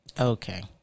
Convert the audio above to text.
okay